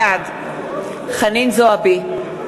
בעד חנין זועבי,